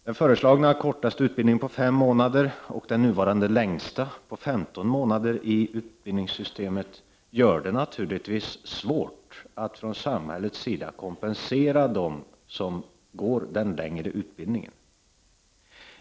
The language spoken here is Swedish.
Den föreslagna kortaste utbildningen på fem månader och den nuvarande längsta på femton månader i utbildningssystemet gör det naturligtvis svårt för samhället att kompensera dem som går den längre utbildningen.